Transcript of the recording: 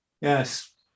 yes